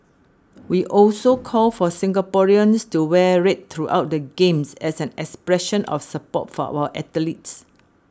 we also call for Singaporeans to wear red throughout the Games as an expression of support for our athletes